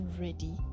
ready